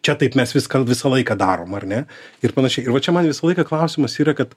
čia taip mes viską visą laiką darom ar ne ir panašiai ir va čia man visą laiką klausimas yra kad